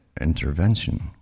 intervention